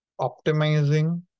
optimizing